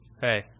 hey